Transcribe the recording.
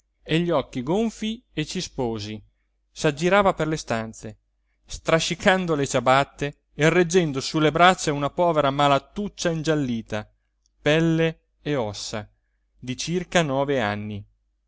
e gli occhi gonfi e cisposi s'aggirava per le stanze strascicando le ciabatte e reggendo su le braccia una povera malatuccia ingiallita pelle e ossa di circa nove anni